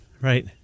Right